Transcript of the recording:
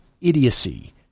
idiocy